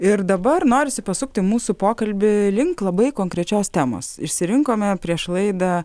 ir dabar norisi pasukti mūsų pokalbį link labai konkrečios temos išsirinkome prieš laidą